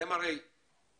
אתם הרי יודעים